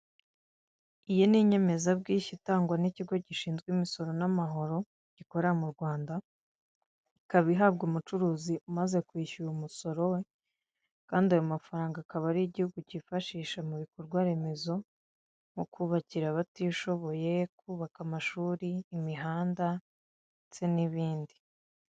Iyi n'inyemezabwishyu itangwa n'ikigo gishinzwe imisoro n'amahoro, gikorera mu Rwanda. Ikaba ihabwa umucuruzi umaze kwishyura umusoro we. Kandi ayo mafaranga akaba ariyo igihugu cyifashisha mu bikorwaremezo, nko kubakira abatishoboye, kubaka amashuri, imihanda ndetse n'ibindi.